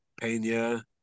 Pena